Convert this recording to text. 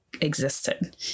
existed